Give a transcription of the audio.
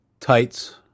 tights